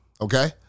okay